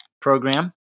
program